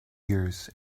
years